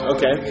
Okay